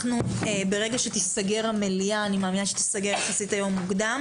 כשהמליאה תיסגר מאמינה שתיסגר יחסית היום מוקדם